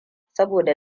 saboda